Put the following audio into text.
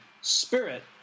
Spirit